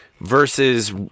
versus